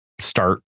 start